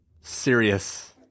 serious